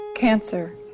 Cancer